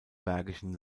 bergischen